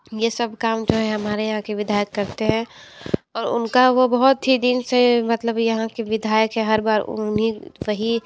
ये सब कम जो है हमारे यहाँ के विधायक करते हैं और उनका वो बहुत ही दिन से मतलब यहाँ के विधायक हैं हर बार उन्हीं वही